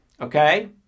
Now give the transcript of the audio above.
Okay